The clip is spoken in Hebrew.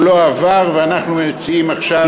הוא לא עבר, ואנחנו מציעים אותו עכשיו.